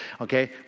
okay